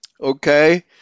Okay